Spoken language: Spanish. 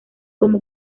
como